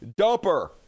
dumper